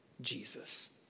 Jesus